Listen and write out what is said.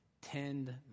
Tend